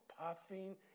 puffing